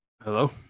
Hello